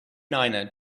niner